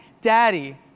Daddy